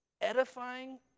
edifying